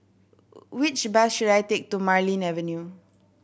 which bus should I take to Marlene Avenue